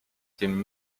tym